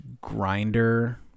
grinder